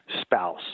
spouse